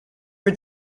for